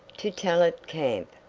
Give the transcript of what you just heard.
to tell at camp.